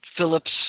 Phillips